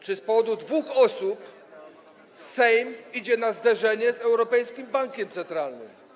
Czy z powodu dwóch osób Sejm idzie na zderzenie z Europejskim Bankiem Centralnym?